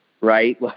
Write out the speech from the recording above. right